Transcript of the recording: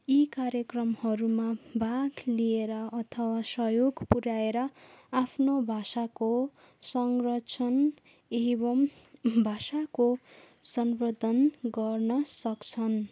यी कार्यक्रमहरूमा भाग लिएर अथवा सहयोग पुऱ्याएर आफ्नो भाषाको संरक्षण एवं भाषाको संवर्धन गर्न सक्छन्